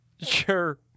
sure